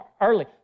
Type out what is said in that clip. early